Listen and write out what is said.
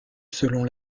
selon